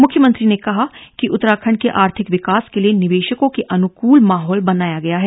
मुख्यमंत्री ने कहा कि उत्तराखंड के आर्थिक विकास के लिए निवेशकों के अनुकूल माहौल बनाया गया है